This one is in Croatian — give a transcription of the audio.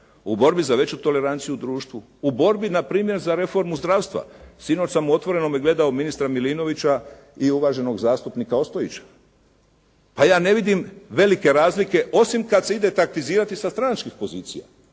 u borbi za veću toleranciju u društvu, u borbi na primjer za reformu zdravstva. Sinoć sam u «Otvorenome» gledao ministra Milinovića i uvaženog zastupnika Ostojića. Pa ja ne vidim velike razlike osim kad se ide taktizirati sa stranačkih pozicija.